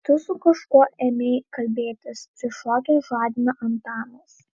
tu su kažkuo ėmei kalbėtis prišokęs žadina antanas